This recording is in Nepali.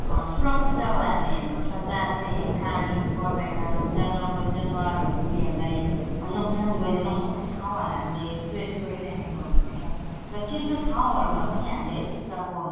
सुरक्षित जगालाई हामीलाई हेर्नु पर्छ जहाँ चाहिँ है पानी पर्दैन जहाँ जङ्गली जनावरहरूले उनीहरूलाई नोक्सान गर्नु नसक्ने ठाउँहरूलाई हामीले च्वोइस गरिराखेको हुनु पर्छ र चिसो ठाउँहरूमा पनि हामीले है कुखुराको